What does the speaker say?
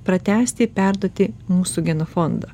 pratęsti perduoti mūsų genofondą